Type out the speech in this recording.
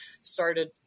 started